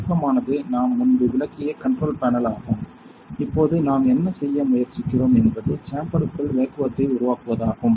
தொடக்கமானது நாம் முன்பு விளக்கிய கண்ட்ரோல் பேனல் ஆகும் இப்போது நாம் என்ன செய்ய முயற்சிக்கிறோம் என்பது சேம்பருக்குள் வேக்குவத்தை உருவாக்குவதாகும்